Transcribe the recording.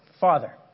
Father